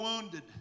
wounded